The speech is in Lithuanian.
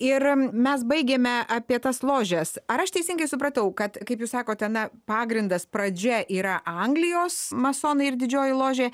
ir mes baigėme apie tas ložes ar aš teisingai supratau kad kaip jūs sakote na pagrindas pradžia yra anglijos masonai ir didžioji ložė